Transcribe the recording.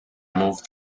move